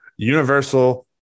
Universal